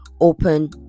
open